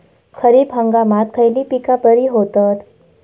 खरीप हंगामात खयली पीका बरी होतत?